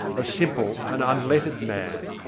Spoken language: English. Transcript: a simple and unlettered man,